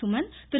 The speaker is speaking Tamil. சுமன் திரு